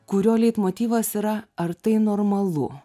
kurio leitmotyvas yra ar tai normalu